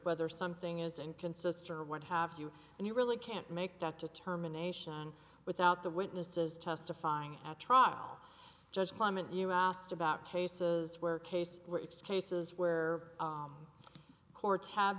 whether something is inconsistent or what have you and you really can't make that determination without the witnesses testifying at trial judge clement you asked about cases where case cases where court